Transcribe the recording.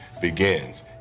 begins